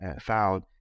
found